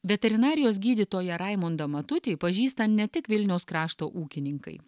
veterinarijos gydytoją raimundą matutį pažįsta ne tik vilniaus krašto ūkininkai